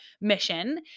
mission